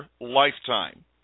lifetime